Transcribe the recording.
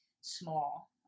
small